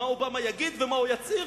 על מה אובמה יגיד ומה הוא יצהיר,